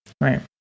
Right